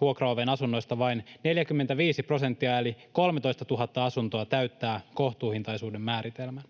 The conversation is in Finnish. Vuokraoven asunnoista vain 45 prosenttia eli 13 000 asuntoa täyttää kohtuuhintaisuuden määritelmän.